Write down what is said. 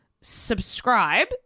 subscribe